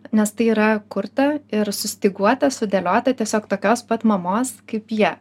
nes tai yra kurta ir sustyguota sudėliota tiesiog tokios pat mamos kaip jie